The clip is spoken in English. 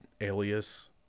Alias